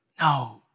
No